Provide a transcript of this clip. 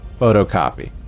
photocopy